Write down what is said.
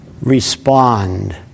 Respond